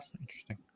interesting